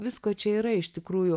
visko čia yra iš tikrųjų